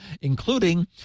including